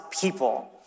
people